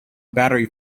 battery